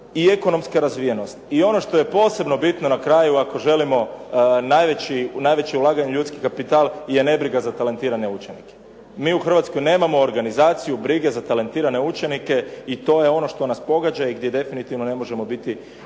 i ekonomska razvijenost. I ono što je posebno bitno na kraju ako želimo najveće ulaganje u ljudski kapital je nebriga za talentirane učenike. Mi u Hrvatskoj nemamo organizaciju brige za talentirane učenike i to je ono što nas pogađa i gdje definitivno ne možemo biti